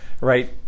right